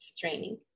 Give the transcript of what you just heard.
training